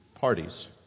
parties